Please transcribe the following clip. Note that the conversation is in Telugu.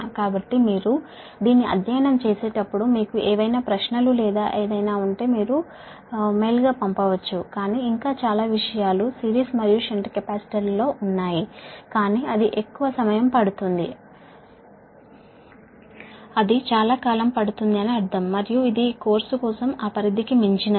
కాబట్టి మీరు దీన్ని అధ్యయనం చేసేటప్పుడు మీకు ఏవైనా ప్రశ్నలు లేదా ఏదైనా ఉంటే మీరు మెయిల్గా పంపవచ్చు కాని ఇంకా చాలా విషయాలు సిరీస్ మరియు షంట్ కెపాసిటర్లలో ఉన్నాయి కానీ అది ఎక్కువ సమయం పడుతుంది అది చాలా కాలం పడుతుంది అని అర్ధం మరియు ఇది ఈ కోర్సు కోసం ఆ పరిధికి మించినది